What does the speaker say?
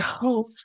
go